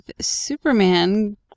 Superman